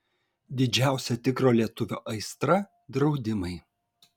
didžiausia tikro lietuvio aistra draudimai